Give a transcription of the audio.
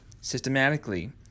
systematically